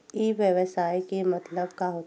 ई व्यवसाय के मतलब का होथे?